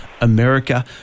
America